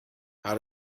how